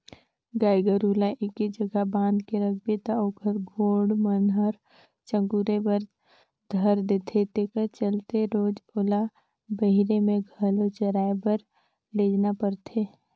गाय गोरु ल एके जघा बांध के रखबे त ओखर गोड़ मन ह चगुरे बर धर लेथे तेखरे चलते रोयज ओला बहिरे में घलो चराए बर लेजना परथे